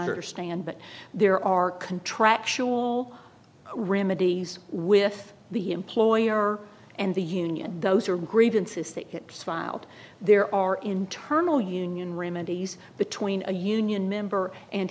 understand but there are contractual remedies with the employer and the union those are grievances that gets filed there are internal union remedies between a union member and